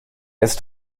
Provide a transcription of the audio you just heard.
ist